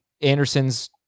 Anderson's